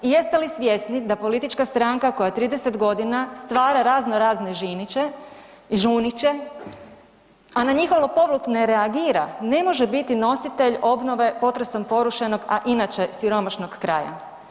I jeste li svjesni da politička stranka koja 30.g. stvara razno razne Žiniće i Žuniće, a na njihov lopovluk ne reagira, ne može biti nositelj obnove potresom porušenog, a inače siromašnog kraja?